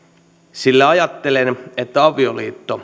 sillä ajattelen että avioliitto